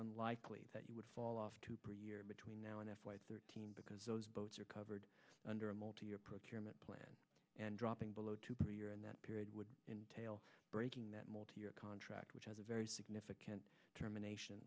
unlikely that you would fall off two per year between now and f y thirteen because those boats are covered under a multi year procurement plan and dropping below two premier and that period would entail breaking that multi year contract which has a very significant termination